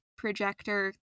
Projector